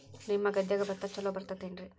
ನಿಮ್ಮ ಗದ್ಯಾಗ ಭತ್ತ ಛಲೋ ಬರ್ತೇತೇನ್ರಿ?